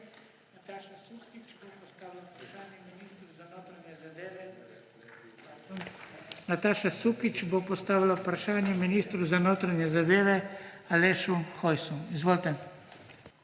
Nataša Sukič bo postavila vprašanje ministru za notranje zadeve Alešu Hojsu. Izvolite.